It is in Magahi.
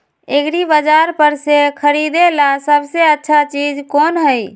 एग्रिबाजार पर से खरीदे ला सबसे अच्छा चीज कोन हई?